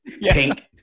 pink